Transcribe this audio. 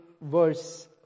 verse